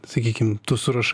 sakykim tu surašai